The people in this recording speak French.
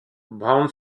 brown